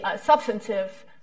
substantive